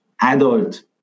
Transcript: adult